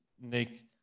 Nick